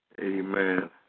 Amen